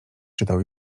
czytał